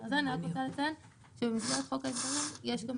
אני רק רוצה לציין שבמסגרת חוק ההסדרים יש גם